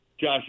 Josh